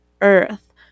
earth